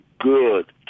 good